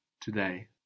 Today